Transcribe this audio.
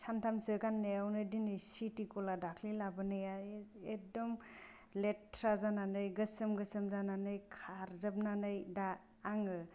सानथामसो गाननायावनो दिनै सिटि गल्डआ दाखालि लाबोनाया एकदम लेथ्रा जानानै गोसोम गोसोम जानानै खारजोबनानै दा आङो